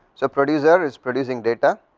so producer is producing data,